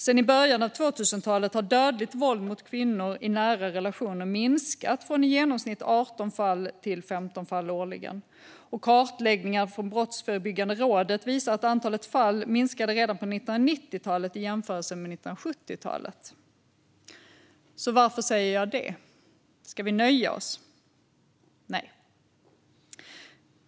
Sedan början av 2000-talet har dödligt våld mot kvinnor i nära relationer minskat från i genomsnitt 18 fall till 15 fall årligen. Kartläggningar från Brottsförebyggande rådet visar att antalet fall minskade redan på 1990-talet i jämförelse med 1970-talet. Varför säger jag det? Ska vi nöja oss? Nej.